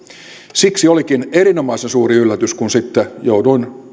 siksi olikin erinomaisen suuri yllätys kun sitten jouduin